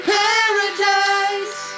paradise